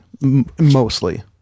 mostly